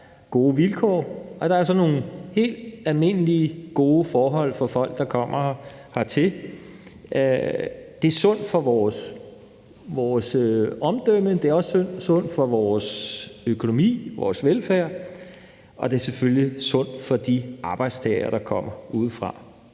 gode vilkår, at der er sådan nogle helt almindelige gode forhold for folk, der kommer hertil. Det er sundt for vores omdømme, det er også sundt for vores økonomi og vores velfærd, og det er selvfølgelig sundt for de arbejdstagere, der kommer udefra.